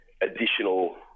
additional